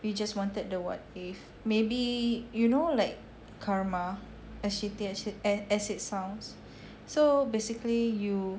we just wanted the what if maybe you know like karma as shitty as it sounds so basically you